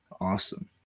awesome